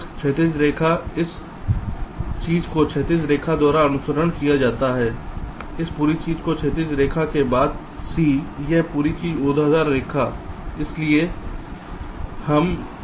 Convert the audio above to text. क्षैतिज रेखा इस चीज़ को क्षैतिज रेखा द्वारा अनुसरण किया जाता है इस पूरी चीज़ को क्षैतिज रेखा के बाद इस पूरी चीज़ को क्षैतिज रेखा के बाद c यह पूरी चीज यह पूरी चीज ऊर्ध्वाधर रेखा